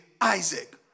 isaac